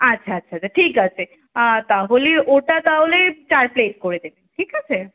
আচ্ছা আচ্ছা আচ্ছা ঠিক আছে তাহলে ওটা তাহলে চার প্লেট করে দেবেন ঠিক আছে